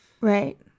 Right